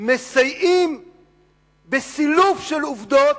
מסייעים בסילוף של עובדות,